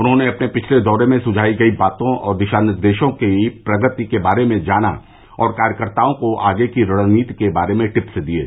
उन्होंने अपने पिछले दौरे में सुझायी गयी बातों और दिशा निर्देशों की प्रगति के बारे में जाना और कार्यकर्ताओं को आगे की रणनीति के बारे में टिप्स दिये